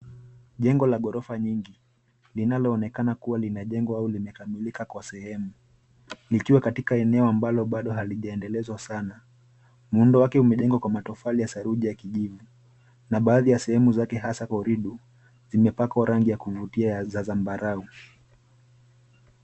Jengo la ghorofa nyingi linaloonekana kuwa limejengwa au limekamilika kwa sehemu likiwa katika eneo bado halijaendelezwa sana. Muundo wake umejengwa kwa matofali ya saruji ya kijivu na baadhi ya sehemu zake hasa koridu zimepakwa rangi ya kuvutia za zamabarau.